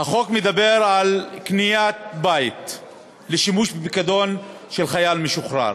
החוק מדבר על קניית בית לשימוש בפיקדון של חייל משוחרר.